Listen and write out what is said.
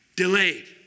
Delayed